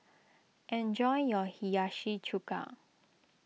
enjoy your Hiyashi Chuka